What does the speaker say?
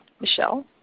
Michelle